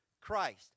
Christ